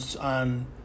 on